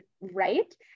right